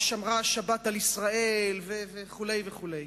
ושמרה השבת על ישראל וכו' וכו'.